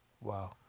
Wow